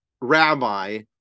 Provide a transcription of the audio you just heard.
rabbi